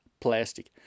plastic